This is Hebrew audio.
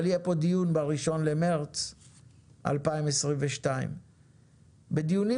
יהיה פה דיון ב-1 במרץ 2022. בדיונים